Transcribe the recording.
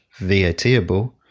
VATable